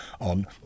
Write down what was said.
on